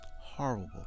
Horrible